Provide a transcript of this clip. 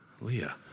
Leah